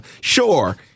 sure